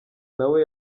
nawe